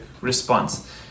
response